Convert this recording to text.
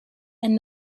and